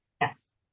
Yes